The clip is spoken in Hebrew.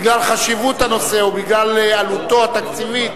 בגלל חשיבות הנושא או בגלל עלותו התקציבית,